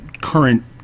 current